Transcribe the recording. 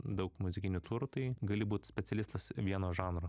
daug muzikinių turtai gali būt specialistas vieno žanro